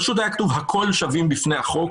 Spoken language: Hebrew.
פשוט היה כתוב: הכול שווים בפני החוק